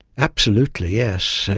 absolutely, yes,